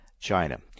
China